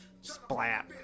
Splat